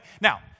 Now